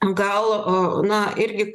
gal na irgi